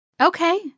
Okay